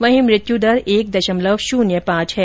वहीं मृत्यु दर एक दशमलव शून्य पांच है